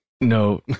No